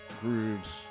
grooves